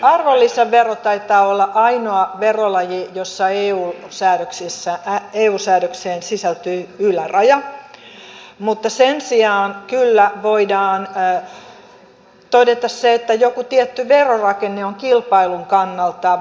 arvonlisävero taitaa olla ainoa verolaji jossa eu säädökseen sisältyy yläraja mutta sen sijaan kyllä voidaan todeta se että joku tietty verorakenne on kilpailun kannalta epäreilu